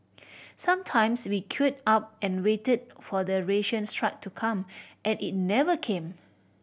sometimes we queued up and waited for the rations truck to come and it never came